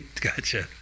gotcha